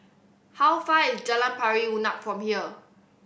how far is Jalan Pari Unak from here